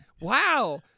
Wow